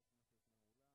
תשע"ה,